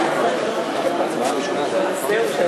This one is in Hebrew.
הצעת סיעות יהדות התורה,